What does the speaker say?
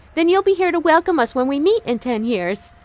then you'll be here to welcome us when we meet in ten years,